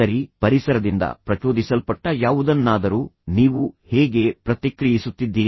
ಸರಿ ಪರಿಸರದಿಂದ ಪ್ರಚೋದಿಸಲ್ಪಟ್ಟ ಯಾವುದನ್ನಾದರೂ ನೀವು ಹೇಗೆ ಪ್ರತಿಕ್ರಿಯಿಸುತ್ತಿದ್ದೀರಿ